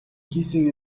хийсэн